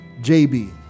JB